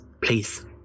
please